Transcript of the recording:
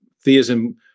theism